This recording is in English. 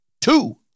two